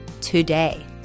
today